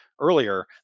earlier